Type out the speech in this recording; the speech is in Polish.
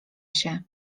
się